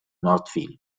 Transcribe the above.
northfield